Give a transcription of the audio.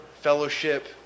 fellowship